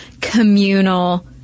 communal